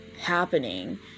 happening